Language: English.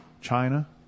China